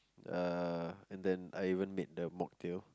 uh and then I even made the mocktail